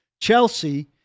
Chelsea